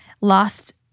Lost